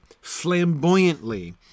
flamboyantly